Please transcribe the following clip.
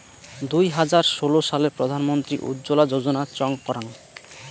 দুই হাজার ষোলো সালে প্রধান মন্ত্রী উজ্জলা যোজনা চং করাঙ